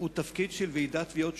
הוא תפקיד מטעם ועידת התביעות,